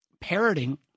parroting